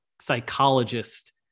psychologist